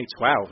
2012